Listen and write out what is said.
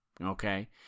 okay